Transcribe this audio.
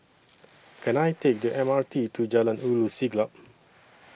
Can I Take The M R T to Jalan Ulu Siglap